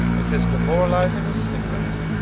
it's as demoralising as cigarettes,